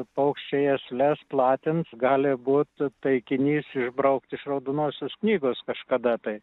paukščiai jas les platins gali būt taikinys išbraukti iš raudonosios knygos kažkada tai